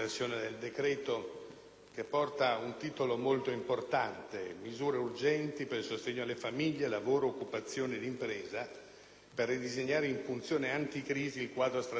che porta un titolo molto importante: «Misure urgenti per il sostegno a famiglie, lavoro, occupazione e impresa e per ridisegnare in funzione anti-crisi il quadro strategico nazionale».